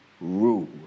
rule